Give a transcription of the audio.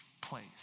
place